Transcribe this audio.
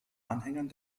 anhängern